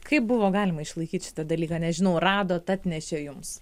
kaip buvo galima išlaikyt šitą dalyką nežinau radot atnešė jums